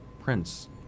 Prince